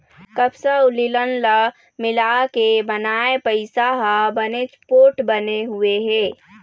कपसा अउ लिनन ल मिलाके बनाए पइसा ह बनेच पोठ बने हुए हे